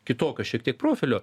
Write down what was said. kitokio šiek tiek profilio